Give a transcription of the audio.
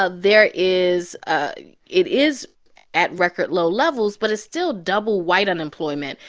ah there is ah it is at record low levels, but it's still double white unemployment.